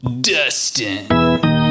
dustin